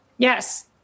Yes